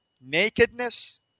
nakedness